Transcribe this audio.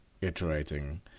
iterating